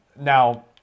now